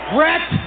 Brett